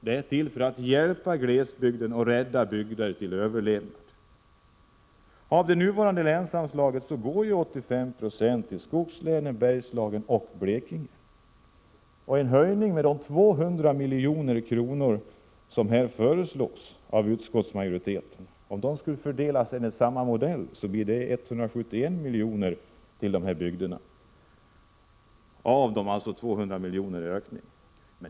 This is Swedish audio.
Det är till för att hjälpa glesbygden och rädda bygder till överlevnad. Av det nuvarande länsanslaget går 85 Yo till skogslänen, Bergslagen och Blekinge. Om den höjning med 200 milj.kr. som utskottsmajoriteten föreslår skulle fördelas enligt samma modell, blir det 171 miljoner till dessa bygder.